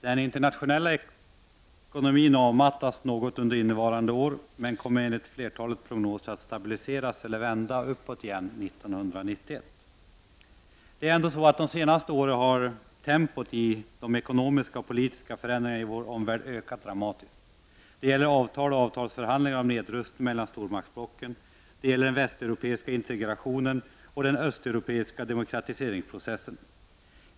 Herr talman! Den internationella ekonomin avmattas något under innevarande år, men kommer enligt flertalet prognoser att stabiliseras eller vända uppåt igen under 1991. De senaste åren har ändå tempot i de ekonomiska och politiska förändringarna i vår omvärld ökat dramatiskt. Det gäller avtal och avtalsförhandlingar om nedrustning mellan stormaktsblocken, det gäller den västeuropeiska integrationen och den östeuropeiska demokratiseringsprocessen.